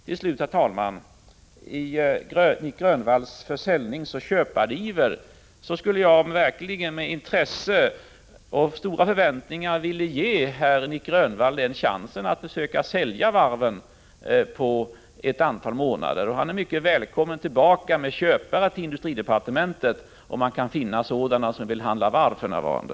Till slut, herr talman, skulle jag i Nic Grönvalls försäljningsoch köpariver verkligen med intresse och stora förväntningar vilja ge herr Nic Grönvall chansen att på ett antal månader försöka sälja varven. Han är mycket välkommen tillbaka till industridepartementet med köpare, om han kan finna sådana som 'vill' handla varv för närvarande.